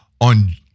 on